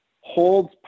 holds